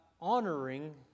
honoring